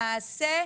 למעשה,